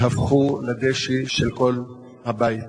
שהפכו לדשא של כל הבית.